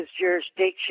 jurisdiction